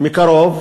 מקרוב